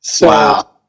Wow